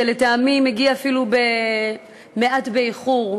שלטעמי מגיעה אפילו מעט באיחור,